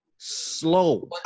slow